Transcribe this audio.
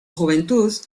juventud